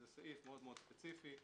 זה סעיף מאוד ספציפי.